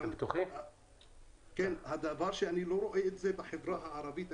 גם כן הדבר שאני לא רואה את זה בחברה הערבית.